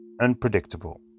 unpredictable